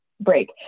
break